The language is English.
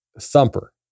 thumper